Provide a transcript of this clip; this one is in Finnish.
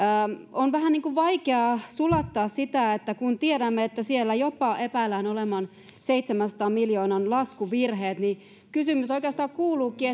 on vähän vaikea sulattaa sitä kun tiedämme että siellä jopa epäillään olevan seitsemänsadan miljoonan laskuvirheet kysymys oikeastaan kuuluukin